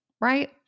right